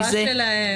התבואה שלהם.